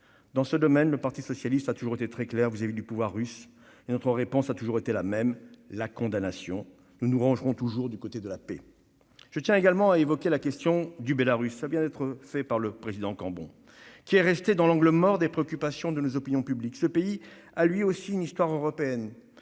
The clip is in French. Dans ce domaine, le parti socialiste a toujours été très clair vis-à-vis du pouvoir russe et notre réponse a sans cesse été celle de la condamnation. Nous nous rangerons toujours du côté de la paix. Je tiens également à évoquer la question du Bélarus- le président Cambon vient de le faire -, qui est restée dans l'angle mort des préoccupations de nos opinions publiques. Ce pays a lui aussi une histoire européenne,